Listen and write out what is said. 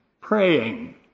Praying